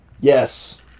yes